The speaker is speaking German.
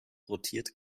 rotiert